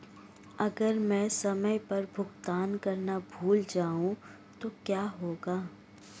अगर मैं समय पर भुगतान करना भूल जाऊं तो क्या होगा?